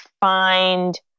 find